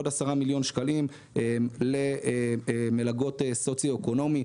עוד 10 מיליון שקלים למלגות סוציואקונומי.